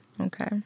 okay